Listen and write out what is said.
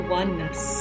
oneness